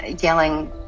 yelling